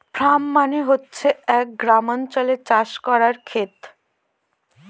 farm মানে হচ্ছে এক গ্রামাঞ্চলে চাষ করার খেত